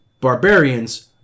Barbarians